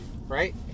right